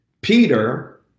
Peter